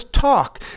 talk